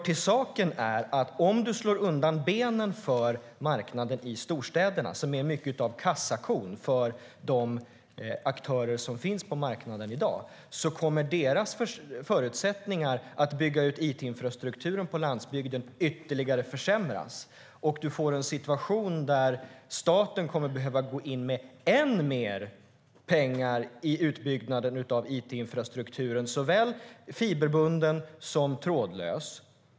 Till saken hör att om du slår undan benen för marknaden i storstäderna, som är mycket av en kassako för de aktörer som finns på marknaden i dag, kommer deras förutsättningar att bygga ut it-infrastrukturen på landsbygden att försämras ytterligare, och du får en situation där staten kommer att behöva gå in med än mer pengar i utbyggnaden av it-infrastrukturen, såväl fiberbunden som trådlös.